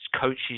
Coaches